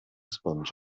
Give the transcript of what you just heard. sponge